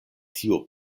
tiu